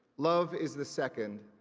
love is the second,